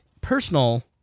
personal